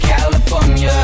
California